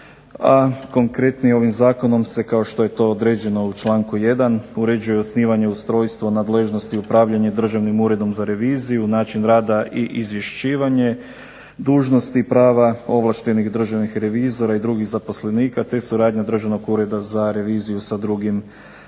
a konkretnije ovim Zakonom kao što je to određeno u članku 1. uređuje osnivanje, ustrojstvo, nadležnost i upravljanje Državnim uredom za reviziju, način rada i izvješćivanje, dužnosti i prava ovlaštenih državnih revizora i drugih zaposlenika, te suradnja Državnog ureda za reviziju sa drugim tijelima.